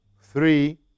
three